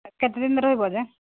କେତେ ଦିନ ରହିବ ଯେ